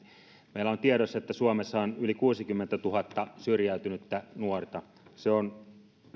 meillä on tiedossa että suomessa on yli kuusikymmentätuhatta syrjäytynyttä nuorta se on